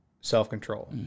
self-control